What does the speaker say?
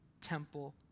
temple